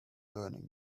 learning